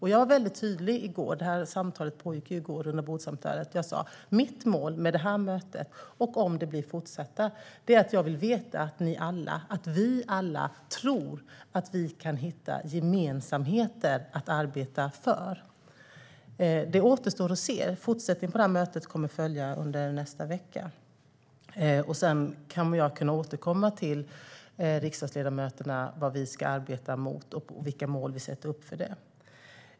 I rundabordssamtalet, som ju pågick i går, var jag väldigt tydlig med att mitt mål med mötet, och om det blir en fortsättning, är att jag vill veta att alla som deltar tror att vi kan hitta gemensamheter att arbeta för. Det återstår att se. En fortsättning på det här mötet kommer att följa under nästa vecka. Sedan kommer jag att kunna återkomma till riksdagsledamöterna om vad vi ska arbeta emot och vilka mål vi sätter upp för detta.